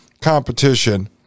competition